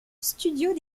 studios